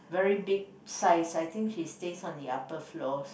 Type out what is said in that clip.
very big size I think she stays on the upper floors